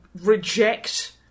reject